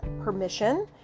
permission